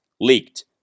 leaked